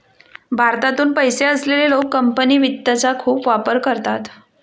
भारतातून पैसे असलेले लोक कंपनी वित्तचा खूप वापर करतात